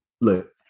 look